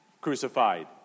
crucified